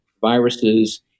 viruses